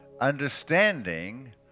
Understanding